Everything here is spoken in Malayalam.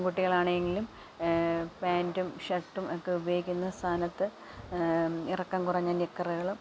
ആൺകുട്ടികളാണെങ്കിലും പാൻ്റും ഷർട്ടും ഒക്കെ ഉപയോഗിക്കുന്ന സ്ഥാനത്ത് ഇറക്കം കുറഞ്ഞ നിക്കറുകള്